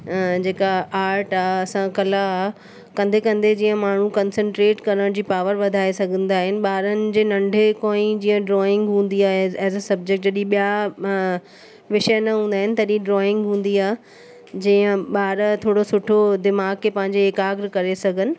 जेका आर्ट आहे असां कला आहे कंदे कंदे जीअं माण्हू कंसंट्रेट करण जी पावर वधाए सघंदा आहिनि ॿारनि जे नंढे खां ई जीअं ड्रॉइंग हूंदी आहे एज अ सब्जैक्ट जॾहिं ॿिया विषय न हूंदा आहिनि तॾहिं ड्रॉइंग हूंदी आहे जीअं ॿार थोरो सुठो दिमाग़ जे पंहिंजे एकाग्र करे सघनि